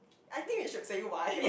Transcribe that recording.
I think we should say why